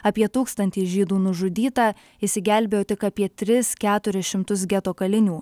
apie tūkstantį žydų nužudyta išsigelbėjo tik apie tris keturis šimtus geto kalinių